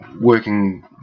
working